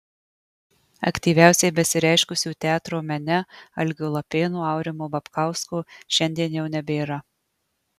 aktyviausiai besireiškusių teatro mene algio lapėno aurimo babkausko šiandien jau nebėra